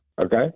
Okay